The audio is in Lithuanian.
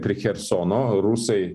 prie chersono rusai